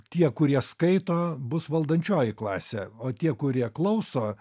tie kurie skaito bus valdančioji klasė o tie kurie klauso